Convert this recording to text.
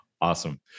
Awesome